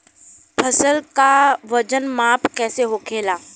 फसल का वजन माप कैसे होखेला?